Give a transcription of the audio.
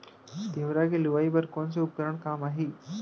तिंवरा के लुआई बर कोन से उपकरण काम आही?